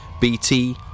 BT